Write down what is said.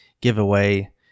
giveaway